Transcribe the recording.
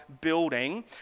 building